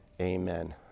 amen